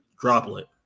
Droplet